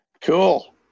Cool